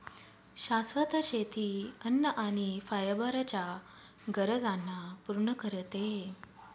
शाश्वत शेती अन्न आणि फायबर च्या गरजांना पूर्ण करते